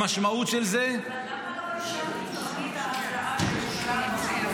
המשמעות של זה --- אבל למה לא אישרתם את תוכנית ההבראה שאושרה במועצה?